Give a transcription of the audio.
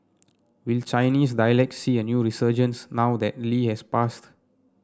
will Chinese dialects see a new resurgence now that Lee has passed